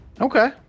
okay